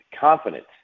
confidence